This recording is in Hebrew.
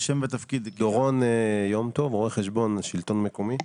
דורון יום טוב, רואה חשבון השלטון המקומי.